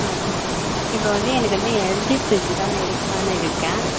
ஆ இப்போ வந்து எனக்கு வந்து எல்ஜி ஃப்ரிட்ஜி தான் எடுக்கலாம்னு இருக்கேன்